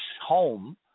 home